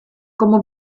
como